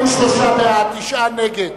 התשס"ט-2009,